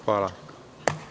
Hvala.